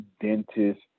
dentist